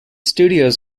studios